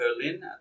Berlin